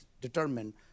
determine